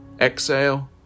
Exhale